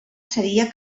seria